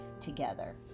together